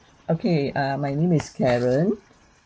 okay err my name is karen